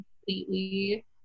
completely